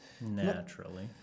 naturally